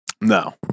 No